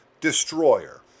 Destroyer